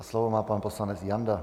Slovo má pan poslanec Janda.